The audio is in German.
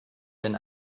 denn